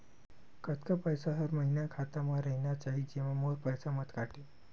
कतका पईसा हर महीना खाता मा रहिना चाही जेमा मोर पईसा मत काटे?